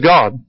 God